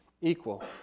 equal